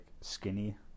skinny